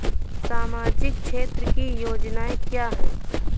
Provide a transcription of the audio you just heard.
सामाजिक क्षेत्र की योजनाएँ क्या हैं?